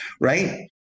Right